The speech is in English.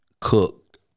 cooked